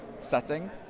setting